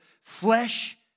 flesh